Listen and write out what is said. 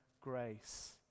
grace